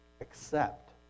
accept